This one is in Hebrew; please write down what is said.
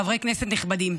חברי כנסת נכבדים,